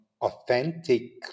authentic